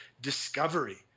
discovery